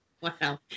Wow